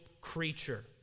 creature